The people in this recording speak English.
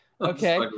Okay